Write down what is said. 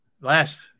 last